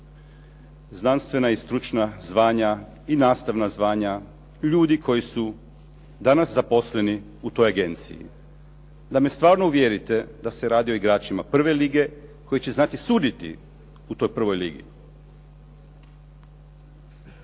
znanstvena i stručna zvanja i nastavna zvanja ljudi koji su danas zaposleni u toj agenciji da me stvarno uvjerite da se radi o igračima prve lige koji će znati suditi u toj prvoj ligi.